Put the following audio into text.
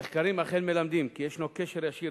המחקרים אכן מלמדים כי ישנו קשר ישיר